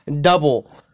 Double